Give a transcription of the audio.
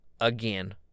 again